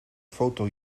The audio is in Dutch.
foto